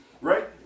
right